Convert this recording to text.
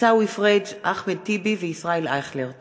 עיסאווי פריג', אחמד טיבי וישראל אייכלר בנושא: